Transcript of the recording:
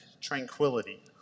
tranquility